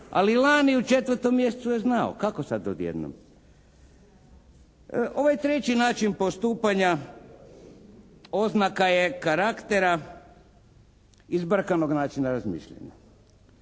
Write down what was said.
Ali lani u 4. mjesecu je znao. Kako sad odjednom? Ovaj treći način postupanja oznaka je karaktera i zbrkanog načina razmišljanja.